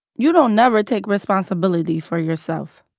you don't never take responsibility for yourself